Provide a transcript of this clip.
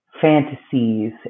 fantasies